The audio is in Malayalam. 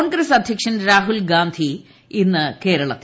കോൺഗ്രസ് അധ്യക്ഷൻ രാഹുൽ ഗാന്ധി ഇന്ന് കേരളത്തിൽ